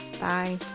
Bye